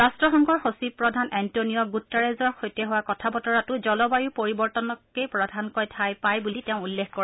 ৰাষ্ট্ৰসংঘৰ সচিব প্ৰধান এণ্টনিঅ গুট্টাৰেজৰ সৈতে হোৱা কথা বতৰাতো জলবায়ু পৰিৱৰ্তনে প্ৰধানকৈ ঠাই পাই বুলি তেওঁ উল্লেখ কৰে